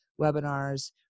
webinars